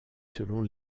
selon